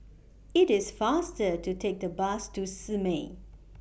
IT IS faster to Take The Bus to Simei